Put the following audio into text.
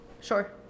sure